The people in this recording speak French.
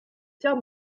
pierre